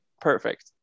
perfect